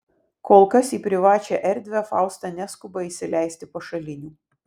kol kas į privačią erdvę fausta neskuba įsileisti pašalinių